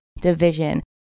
division